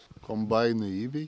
kombainai įveikia